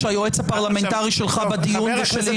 שהיועץ הפרלמנטרי שלך בדיון ושלי לא?